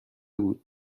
بود